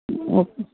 okay